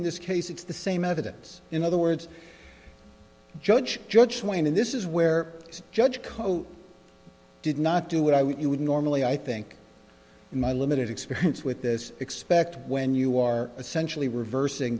in this case it's the same evidence in other words judge judge wayne and this is where judge code did not do what i would you would normally i think in my limited experience with this expect when you are essentially revers